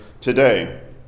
today